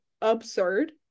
absurd